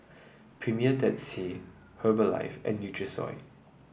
Premier Dead Sea Herbalife and Nutrisoy